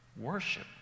worship